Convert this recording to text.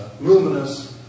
luminous